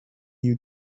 you